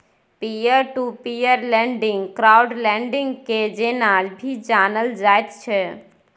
peer to peer lending crowd lending के जेना भी जानल जाइत छै